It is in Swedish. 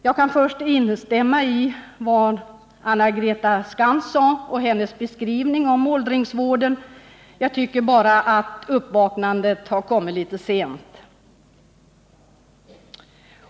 Jag kan instämma i Anna-Greta Skantz beskrivning av åldringsvården, jag tycker bara att uppvaknandet har kommit litet sent.